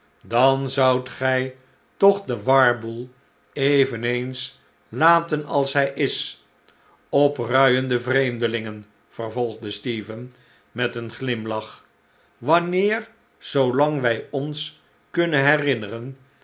dan zoudt gij toch den warboel eveneens laten als hij is opruiende vreemdelingen vervolgde stephen met een glimlach wanneer zoolang wij ons kunnen herinneren